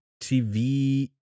TV